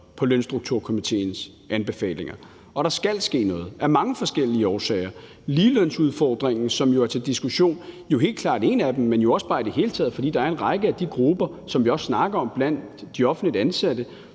på Lønstrukturkomitéens anbefalinger, og der skal ske noget af mange forskellige årsager. Ligelønsudfordringen, som jo er til diskussion, er helt klart en af dem, men jo også bare i det hele taget, fordi der er en række af de grupper, som vi også snakker om, blandt de offentligt ansatte,